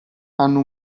hanno